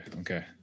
okay